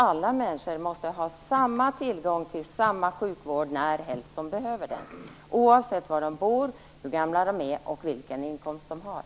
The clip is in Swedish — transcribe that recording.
Alla människor måste ha samma tillgång till samma sjukvård närhelst de behöver den oavsett var de bor, hur gamla de är och vilken inkomst de har.